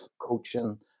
coaching